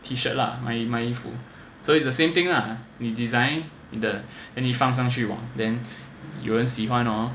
T-shirt lah 买买衣服 so it's the same thing ah 你 design then 你放上去网 then 有人喜欢 hor